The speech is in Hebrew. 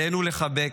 עלינו לחבק